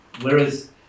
whereas